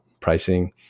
pricing